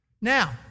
Now